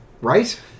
Right